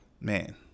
Man